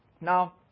Now